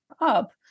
up